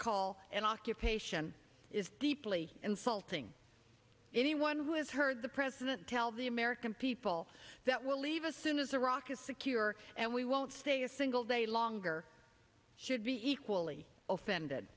call an occupation is deeply insulting anyone who has heard the president tell the american people that will leave as soon as iraq is secure and we won't say a single day longer should be equally offended